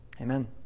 Amen